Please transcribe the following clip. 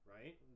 right